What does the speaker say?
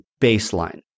baseline